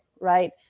right